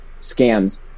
scams